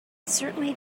certainly